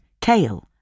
kale